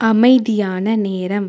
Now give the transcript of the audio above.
அமைதியான நேரம்